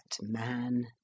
man